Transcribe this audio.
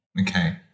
Okay